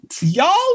Y'all